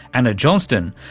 anna johnston,